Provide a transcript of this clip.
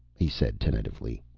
he said tentatively.